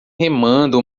remando